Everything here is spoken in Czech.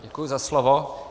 Děkuji za slovo.